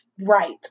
right